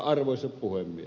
arvoisa puhemies